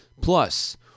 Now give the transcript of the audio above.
Plus